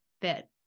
fit